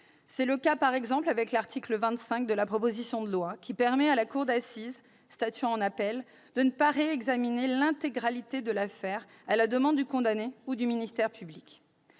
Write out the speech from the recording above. C'est le cas, par exemple, au travers de l'article 25 de la proposition de loi, qui vise à permettre à la cour d'assises, statuant en appel, de ne pas réexaminer l'intégralité de l'affaire à la demande du condamné ou du ministère public.